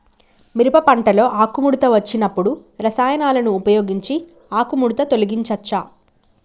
మిరప పంటలో ఆకుముడత వచ్చినప్పుడు రసాయనాలను ఉపయోగించి ఆకుముడత తొలగించచ్చా?